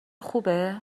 خوبه